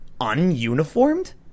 Ununiformed